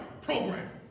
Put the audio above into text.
program